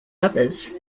lovers